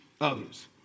others